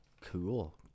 Cool